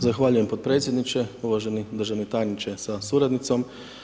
Zahvaljujem potpredsjedniče, uvaženi državni tajniče sa suradnicom.